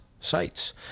sites